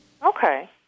Okay